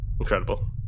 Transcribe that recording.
Incredible